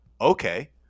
Okay